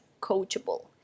coachable